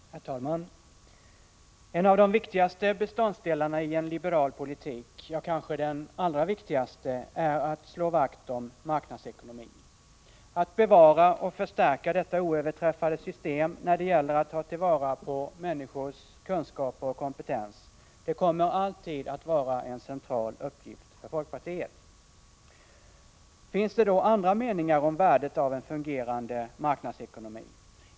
Herr talman! En av de viktigaste beståndsdelarna i en liberal politik — kanske den allra viktigaste — är att slå vakt om marknadsekonomin. Att bevara och förstärka detta oöverträffade system när det gäller att ta till vara människors kunskaper och kompetens, det kommer alltid att vara en central uppgift för folkpartiet. Finns det då andra meningar om värdet av en fungerande marknadsekonomi?